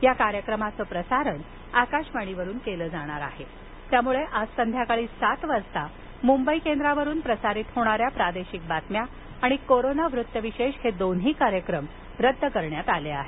या कार्यक्रमाचं प्रसारण आकाशवाणीवरून केलं जाणार आहे त्यामुळे आज संध्याकाळी सात वाजता मुंबई केंद्रावरून प्रसारित होणाऱ्या प्रादेशिक बातम्या आणि कोरोना वृत्त विशेष हे दोन्ही कार्यक्रम रद्द करण्यात आले आहेत